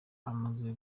amaze